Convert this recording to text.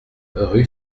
rue